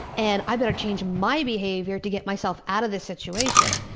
and i better change my behavior to get myself out of this situation.